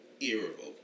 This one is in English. irrevocable